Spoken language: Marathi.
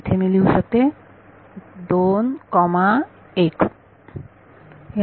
तरी इथे मी लिहू शकते 2 कॉमा 1